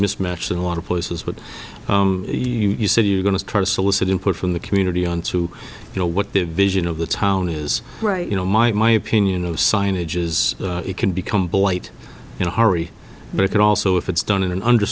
mismatch in a lot of places but you said you're going to try to solicit input from the community onto you know what their vision of the town is right you know my my opinion of signage is it can become blight in a hurry but it also if it's done in an under